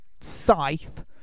scythe